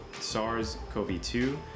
SARS-CoV-2